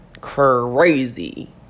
Crazy